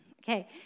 Okay